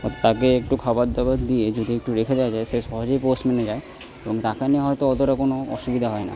তাকে একটু খাবার দাবার দিয়ে যদি একটু রেখে দেওয়া যায় সে সহজেই পোষ মেনে যায় এবং তাকে নিয়ে হয়তো অতোটা কোনো অসুবিধা হয় না